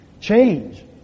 Change